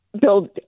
build